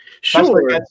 sure